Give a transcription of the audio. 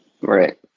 Right